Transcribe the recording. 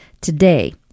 Today